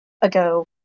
ago